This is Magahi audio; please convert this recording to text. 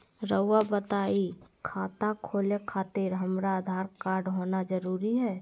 रउआ बताई खाता खोले खातिर हमरा आधार कार्ड होना जरूरी है?